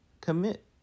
commit